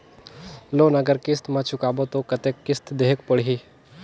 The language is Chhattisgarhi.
लोन अगर किस्त म चुकाबो तो कतेक किस्त देहेक पढ़ही?